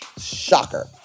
Shocker